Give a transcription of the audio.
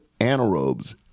anaerobes